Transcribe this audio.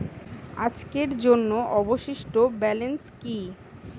আজকের জন্য অবশিষ্ট ব্যালেন্স কি?